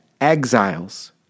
exiles